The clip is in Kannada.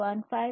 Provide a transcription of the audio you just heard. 15